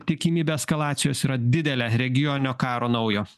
tikimybė eskalacijos yra didelė regioninio karo naujo